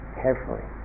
carefully